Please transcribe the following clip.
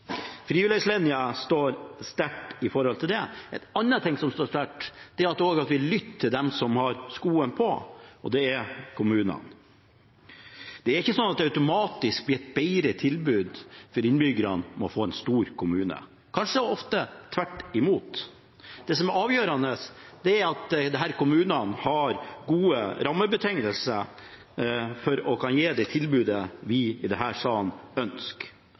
står sterkt i dette. En annen ting som står sterkt, er at vi lytter til dem som har skoen på, og det er kommunene. Det er ikke sånn at det automatisk blir et bedre tilbud for innbyggerne om man får en stor kommune – kanskje ofte tvert imot. Det som er avgjørende, er at kommunene har gode rammebetingelser for å gi det tilbudet vi i denne salen ønsker.